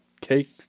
cake